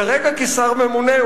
כרגע כשר ממונה,